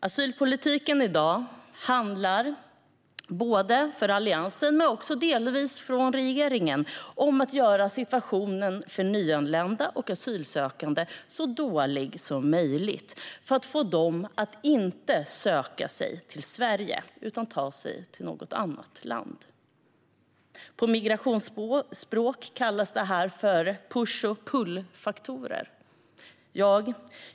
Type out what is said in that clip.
Asylpolitiken i dag handlar för Alliansen, men delvis också för regeringen, om att göra situationen för nyanlända och asylsökande så dålig som möjligt för att få dem att inte söka sig till Sverige utan till något annat land. På migrationsspråk kallas detta push-and-pull-faktorer.